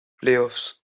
playoffs